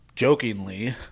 jokingly